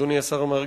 אדוני השר מרגי,